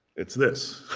it's this.